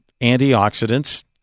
antioxidants